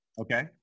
Okay